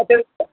आतां